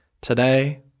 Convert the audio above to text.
Today